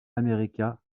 america